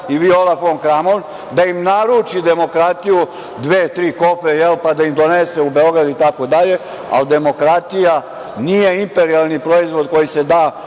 i Viola fon Kramon, da im naruči demokratiju, dve, tri kofe, pa da im donese u Beograd. Ali demokratija nije imperijalni proizvod koji se da